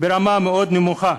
ברמה מאוד נמוכה.